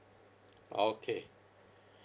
okay